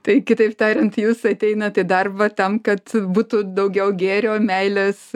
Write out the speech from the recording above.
tai kitaip tariant jūs ateinat į darbą tam kad būtų daugiau gėrio meilės